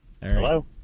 Hello